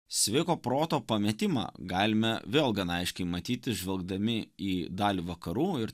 sveiko proto pametimą galime vėl gana aiškiai matyti žvelgdami į dalį vakarų ir